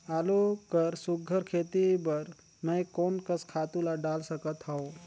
आलू कर सुघ्घर खेती बर मैं कोन कस खातु ला डाल सकत हाव?